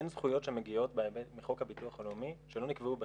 אין זכויות שמגיעות מחוק הביטוח הלאומי שלא נקבעו בחוק.